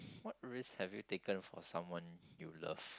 what risk have you taken for someone you love